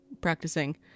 practicing